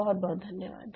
बहुत बहुत धन्यवाद